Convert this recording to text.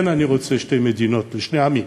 אני כן רוצה שתי מדינות לשני עמים,